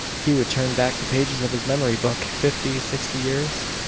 he would turn back the pages of his memory book fifty, sixty years.